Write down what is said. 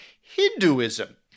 Hinduism